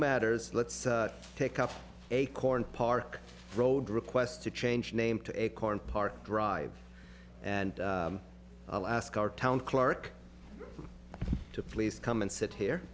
matters let's take up acorn park road requests to change name to acorn park drive and i'll ask our town clerk to please come and sit here